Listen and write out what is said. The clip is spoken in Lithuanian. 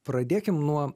pradėkim nuo